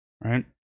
right